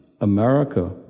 America